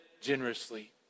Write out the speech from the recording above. generously